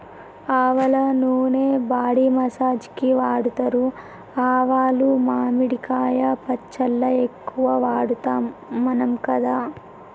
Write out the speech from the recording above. ఆవల నూనె body massage కి వాడుతారు ఆవాలు మామిడికాయ పచ్చళ్ళ ఎక్కువ వాడుతాం మనం కదా